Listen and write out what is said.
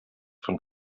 von